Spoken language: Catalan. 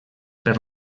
per